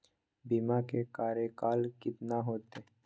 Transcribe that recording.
बीमा के कार्यकाल कितना होते?